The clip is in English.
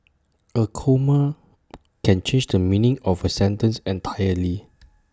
A comma can change the meaning of A sentence entirely